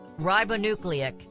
ribonucleic